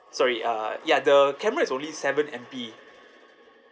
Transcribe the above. sorry uh ya the camera is only seven M_P